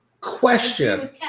question